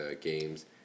games